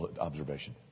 observation